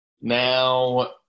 Now